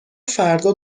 فردا